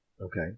okay